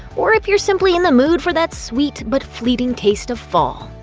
or if you're simply in the mood for that sweet, but fleeting taste of fall.